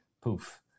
poof